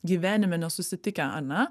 gyvenime nesusitikę ane